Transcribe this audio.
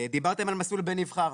דיברתם על מסלול בן נבחר.